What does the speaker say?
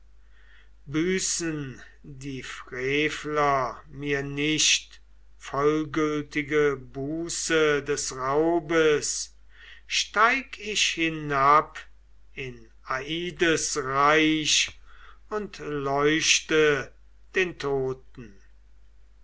büßen die frevler mir nicht vollgültige buße des raubes steig ich hinab in aides reich und leuchte den toten